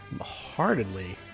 heartedly